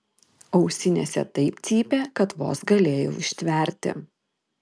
ausinėse taip cypė kad vos galėjau ištverti